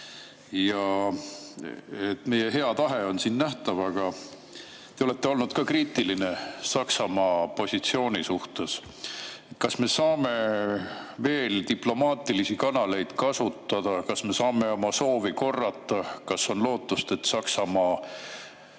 et meie hea tahe on siin nähtav, aga te olete olnud kriitiline Saksamaa positsiooni suhtes. Kas me saame veel diplomaatilisi kanaleid kasutada? Kas me saame oma soovi korrata? Kas on lootust, et Saksamaa